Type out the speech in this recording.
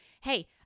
hey